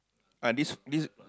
ah this this